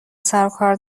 سروکار